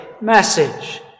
message